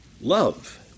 love